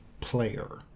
player